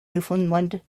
newfoundland